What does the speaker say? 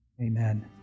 Amen